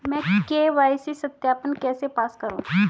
मैं के.वाई.सी सत्यापन कैसे पास करूँ?